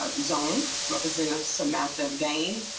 ah zone represents some at them again.